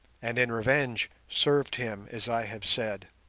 and, in revenge, served him as i have said.